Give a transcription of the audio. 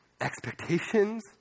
expectations